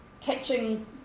catching